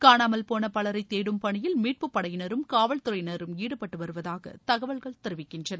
காணாமல் போன பலரை தேடும் பணியில் மீட்பு படையினரும் காவல்துறையினரும் ஈடுபட்டு வருவதாக தகவல்கள் தெரிவிக்கின்றன